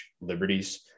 Liberties